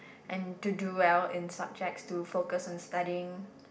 and to do well in subjects to focus on studying